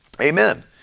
Amen